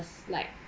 like